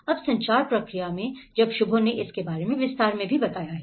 अब संचार प्रक्रिया में जब शुभो ने इसके बारे में विस्तार से बताया है